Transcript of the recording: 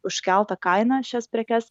užkelta kaina šias prekes